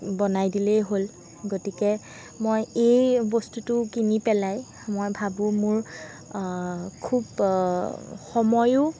বনাই দিলেই হ'ল গতিকে মই এই বস্তুটো কিনি পেলাই মই ভাবোঁ মোৰ খুব সময়ো